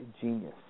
genius